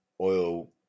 oil